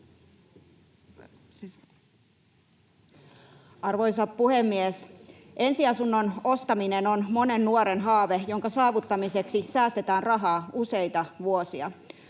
Arvoisa puhemies! Ensiasunnon ostaminen on monen nuoren haave, jonka saavuttamiseksi säästetään rahaa useita vuosia.